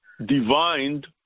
Divined